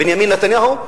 בנימין נתניהו,